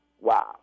wow